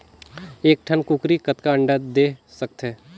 एक ठन कूकरी कतका अंडा दे सकथे?